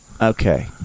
Okay